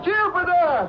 Jupiter